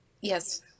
yes